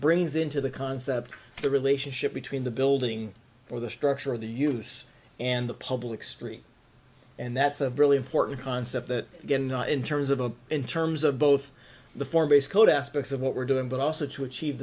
into the concept the relationship between the building or the structure of the use and the public stream and that's a really important concept that again in terms of a in terms of both the four base code aspects of what we're doing but also to achieve